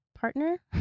partner